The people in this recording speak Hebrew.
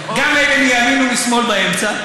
וגם אלה באמצע, גם אלה מימין ומשמאל באמצע.